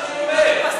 אבל זה מה שאני אומר.